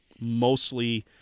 mostly